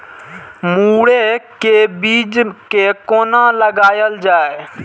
मुरे के बीज कै कोना लगायल जाय?